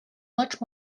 much